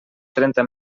trenta